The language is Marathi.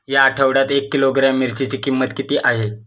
या आठवड्यात एक किलोग्रॅम मिरचीची किंमत किती आहे?